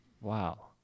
Wow